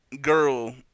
girl